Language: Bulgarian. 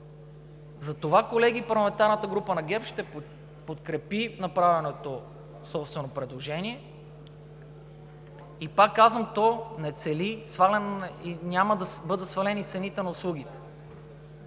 Затова, колеги, парламентарната група на ГЕРБ ще подкрепи направеното собствено предложение и, пак казвам, няма да бъдат свалени цените на услугите.